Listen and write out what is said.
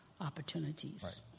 opportunities